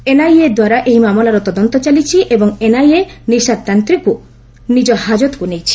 NIA ଦ୍ୱାରା ଏହି ମାମଲାର ତଦନ୍ତ ଚାଲିଛି ଏବଂ ଏନ୍ଆଇଏ ନିସାର ତାନ୍ତ୍ରେକୁ ନିଜ ହାଜତକୁ ନେଇଛି